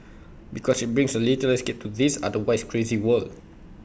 because IT brings A little escape to this otherwise crazy world